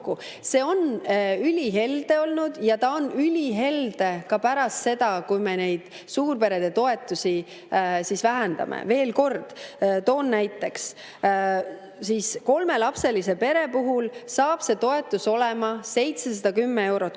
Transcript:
on ülihelde olnud ja ta on ülihelde ka pärast seda, kui me neid suurperede toetusi vähendame. Veel kord toon näiteks: kolmelapselise pere puhul saab see toetus olema 710 eurot kuus.